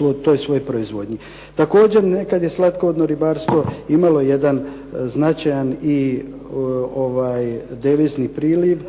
u toj svojoj proizvodnji. Također, nekad je slatkovodno ribarstvo imalo jedan značajan i devizni priliv